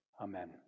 Amen